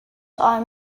are